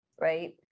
right